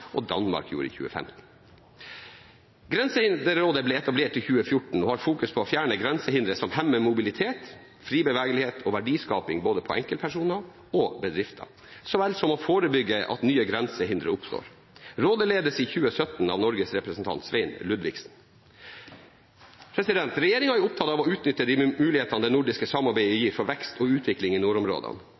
og Danmark gjorde i 2015. Grensehinderrådet ble etablert i 2014 og fokuserer på å fjerne grensehindre som hemmer mobilitet, fri bevegelighet og verdiskaping for både enkeltpersoner og bedrifter, så vel som å forebygge at nye grensehindre oppstår. Rådet ledes i 2017 av Norges representant Svein Ludvigsen. Regjeringen er opptatt av å utnytte de mulighetene det nordiske samarbeidet gir for vekst og utvikling i nordområdene.